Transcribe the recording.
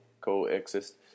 coexist